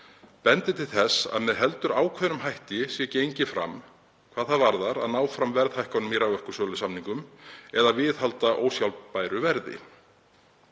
bendir til þess að með heldur ákveðnum hætti sé gengið fram hvað það varðar að ná fram verðhækkunum í raforkusölusamningum eða viðhalda ósjálfbæru verði.